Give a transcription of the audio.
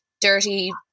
dirty